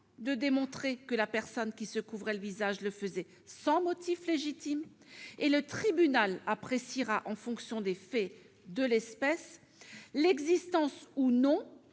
de démontrer que la personne qui se couvrait le visage le faisait sans motif légitime. Le tribunal appréciera, en fonction des faits de l'espèce, l'existence ou non